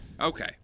Okay